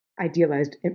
idealized